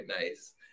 nice